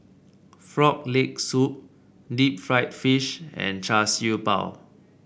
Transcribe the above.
Frog Leg Soup Deep Fried Fish and Char Siew Bao